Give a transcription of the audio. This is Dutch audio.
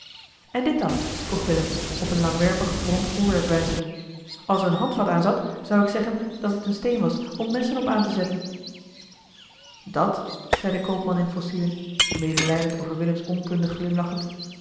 en dit dan vroeg willem op een langwerpig rond voorwerp wijzend als er een handvat aan zat zou ik zeggen dat het een steen was om messen op aan te zetten dat zei de koopman in fossielen medelijdend over willems onkunde glimlachend